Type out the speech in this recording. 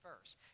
first